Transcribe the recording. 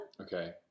Okay